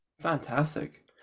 Fantastic